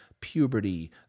puberty